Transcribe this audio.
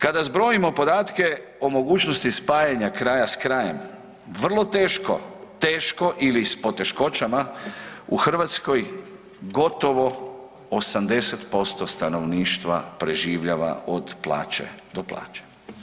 Kada zbrojimo podatke o mogućnosti spajanja kraja s krajem, vrlo teško, teško ili s poteškoćama u Hrvatskoj gotovo 80% stanovništva preživljava od plaće do plaće.